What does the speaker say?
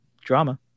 drama